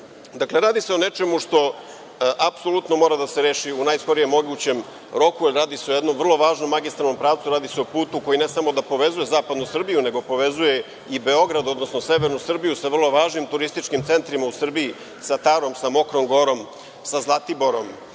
ranije. Dakle, radi se o nečemu što apsolutno mora da se reši u najskorijem mogućem roku. Radi se o jednom vrlo važnom magistralnom pravcu. Radi se o putu koji ne samo da povezuje Zapadnu Srbiju, nego povezuje i Beograd, odnosno severnu Srbiju sa vrlo važnim turističkim centrima u Srbiji, sa Tarom, Mokrom Gorom, Zlatiborom,